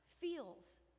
feels